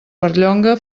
perllonga